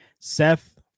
Seth